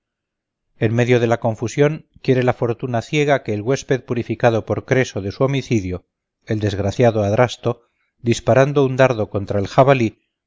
en medio de la confusión quiere la fortuna ciega que el huésped purificado por creso de su homicidio el desgraciado adrasto disparando un dardo contra el jabalí